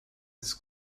its